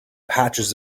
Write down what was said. patches